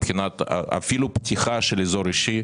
אפילו פתיחה של אזור אישי,